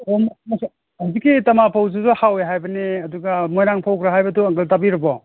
ꯑꯣ ꯍꯧꯖꯤꯛꯀꯤ ꯇꯥꯃꯥ ꯐꯧꯗꯨꯁꯨ ꯍꯥꯎꯋꯦ ꯍꯥꯏꯕꯅꯦ ꯑꯗꯨꯒ ꯃꯣꯏꯔꯥꯡ ꯐꯧꯀ ꯍꯥꯏꯕꯗꯣ ꯑꯪꯀꯜ ꯇꯥꯕꯤꯔꯕꯣ